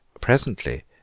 presently